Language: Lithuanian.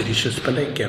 ryšius palaikė